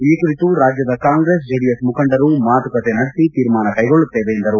ಈ ಕುರಿತು ರಾಜ್ಯದ ಕಾಂಗ್ರಸ್ ಜೆಡಿಎಸ್ ಮುಖಂಡರು ಮಾತುಕತೆ ನಡೆಸಿ ತೀರ್ಮಾನ ಕೈಗೊಳ್ಳುತ್ತೇವೆ ಎಂದರು